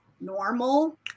normal